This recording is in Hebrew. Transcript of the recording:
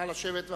נא לשבת.